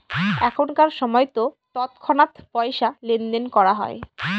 এখনকার সময়তো তৎক্ষণাৎ পয়সা লেনদেন করা হয়